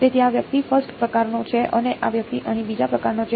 તેથી આ વ્યક્તિ ફર્સ્ટ પ્રકારનો છે અને આ વ્યક્તિ અહીં બીજા પ્રકારનો છે